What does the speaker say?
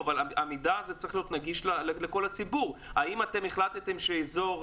אבל המידע הזה צריך להיות נגיש לכל הציבור האם אתם החלטתם שאזור